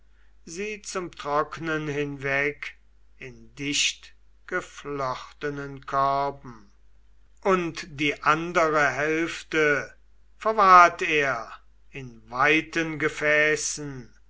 sie zum trocknen hinweg in dichtgeflochtenen körben und die andere hälfte verwahrt er in weiten gefäßen